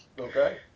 Okay